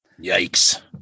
Yikes